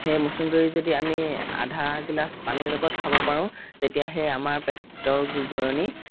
সেই মচুন্দৰী যদি আমি আধা গিলাচ পানীৰ লগত খাব পাৰোঁ তেতিয়াহে আমাৰ পেটৰ গুৰগুৰণি